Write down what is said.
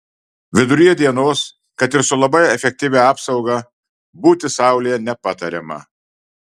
viduryje dienos kad ir su labai efektyvia apsauga būti saulėje nepatariama